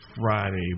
Friday